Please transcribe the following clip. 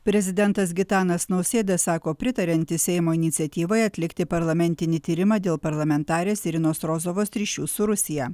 prezidentas gitanas nausėda sako pritariantis seimo iniciatyvai atlikti parlamentinį tyrimą dėl parlamentarės irinos rozovos ryšių su rusija